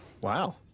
Wow